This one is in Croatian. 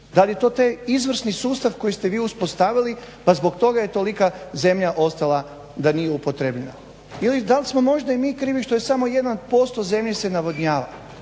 Da li je to taj izvrsni sustav koji ste vi uspostavili pa zbog toga je tolika zemlja ostala da nije upotrebljena. Ili dal smo možda i mi krivi što je samo 1% zemlje se navodnjava.